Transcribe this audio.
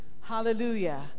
Hallelujah